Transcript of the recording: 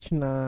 na